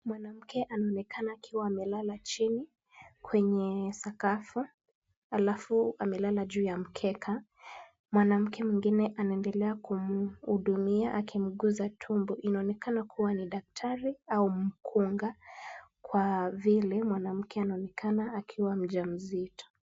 Mwanamke anaonekana akiwa amelala chini kwenye sakafu alafu amelala juu ya mkeka. Mwanamke mwengine anaendelea kumhudumia akimguza tumbo .lnaonekana kuwa ni daktari au mkunga kwa vile mwanamke anaonekana akiwa mjamzito.